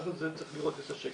ככה צריך לראות את השקף.